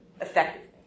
effectively